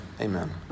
amen